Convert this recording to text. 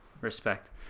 Respect